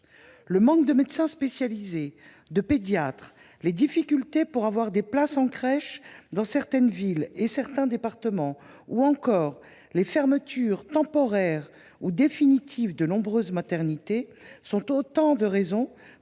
: manque de médecins spécialisés et de pédiatres, difficultés à obtenir des places en crèche dans certaines villes et dans certains départements, fermetures temporaires ou définitives de nombreuses maternités, etc. Autant de raisons